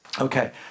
Okay